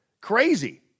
crazy